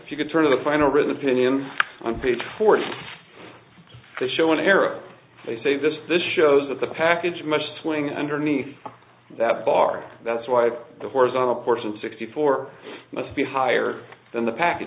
if you could turn of the final written opinion on page forty to show an arrow they say this this shows that the package much swing underneath that bar that's why the horizontal portion sixty four must be higher than the package